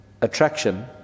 attraction